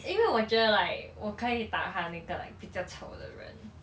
因为我觉得 like 我可以 tahan 那一个比较丑的人